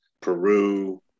Peru